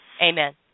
Amen